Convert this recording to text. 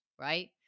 right